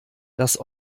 das